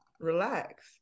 relax